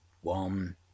One